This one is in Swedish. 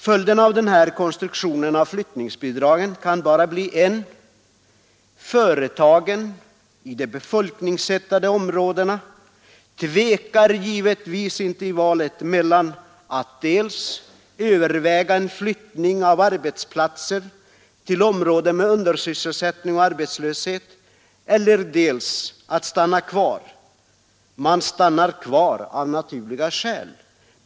Följden av den här konstruktionen av flyttningsbidragen kan bara bli en: företagen i de ”befolkningshettade” områdena tvekar givetvis inte i valet mellan att antingen överväga en flyttning av arbetsplatsen till områden med undersysselsättning och arbetslöshet eller att stanna kvar. Man stannar kvar av naturliga skäl.